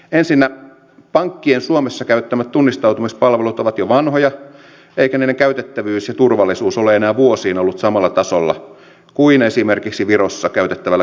ensinnä pankkien suomessa käyttämät tunnistautumispalvelut ovat jo vanhoja eivätkä niiden käytettävyys ja turvallisuus ole enää vuosiin ollut samalla tasolla kuin esimerkiksi virossa käytettävällä kansallisella tunnistautumisella